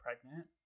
pregnant